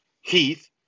Heath